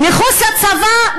מחוץ לצבא,